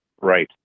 Right